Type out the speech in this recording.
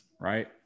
Right